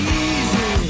easy